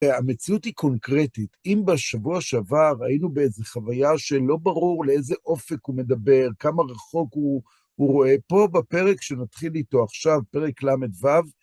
המציאות היא קונקרטית. אם בשבוע שעבר היינו באיזו חוויה שלא ברור לאיזה אופק הוא מדבר, כמה רחוק הוא רואה, פה בפרק שנתחיל איתו עכשיו, פרק ל״ו